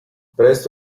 presto